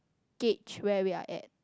gauge where we are at